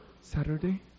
Saturday